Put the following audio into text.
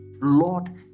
Lord